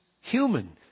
human